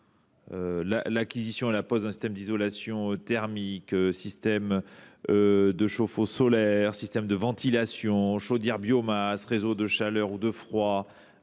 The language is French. : acquisition et pose de systèmes d’isolation thermique, chauffe eau solaires, systèmes de ventilation, chaudières biomasse, réseaux de chaleur ou de froid,